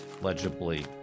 legibly